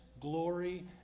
glory